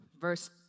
verse